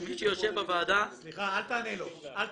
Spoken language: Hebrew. מי שיושב בוועדה --- סליחה, אל תענה לו.